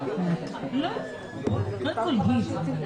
לא במובן של ההרחבה חלילה,